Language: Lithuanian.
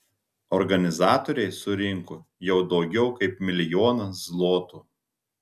organizatoriai surinko jau daugiau kaip milijoną zlotų